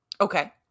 Okay